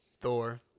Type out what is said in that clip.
Thor